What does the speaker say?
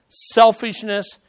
selfishness